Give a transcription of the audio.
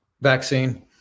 vaccine